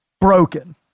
broken